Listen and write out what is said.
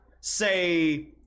say